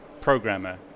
programmer